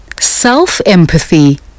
self-empathy